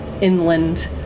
inland